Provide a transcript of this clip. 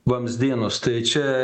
vamzdynus tai čia